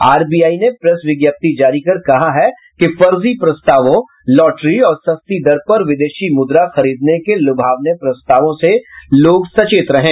RBI ने press विज्ञप्ति जारी कर कहा है कि फर्जी प्रस्तावों लॉटरी और सस्ती दर पर विदेशी मुद्रा खरीदने के लुभावने प्रस्तावों से लोग सचेत रहें